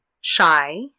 shy